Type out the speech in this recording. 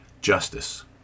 justice